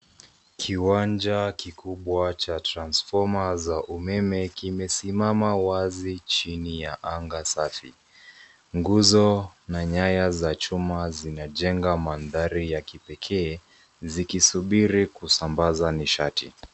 Kiwanja kikikubwa cha tranforma za umeme kimesimama wazi jini ya angaa safi, nguzo na nyaya za chuma zinajenga maandari ya kipekee zikisubiri kusambaza nishati.